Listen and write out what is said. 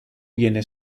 viene